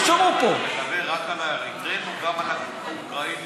איזו ממשלה תיפול בגלל שלא יסלקו אותם?